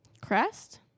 Crest